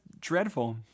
dreadful